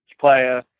player